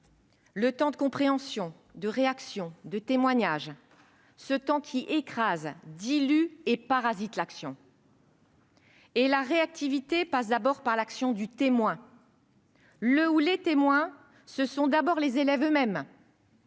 le temps de la compréhension, de la réaction, du témoignage, ce temps qui écrase, dilue et parasite l'action. La réactivité passe d'abord par l'action du témoin. Le ou les témoins, ce sont d'abord les élèves eux-mêmes,